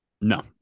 No